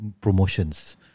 promotions